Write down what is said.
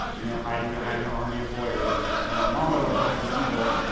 and they're hiding behind their army of lawyers and their motto of don't be evil,